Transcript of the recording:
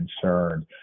concerned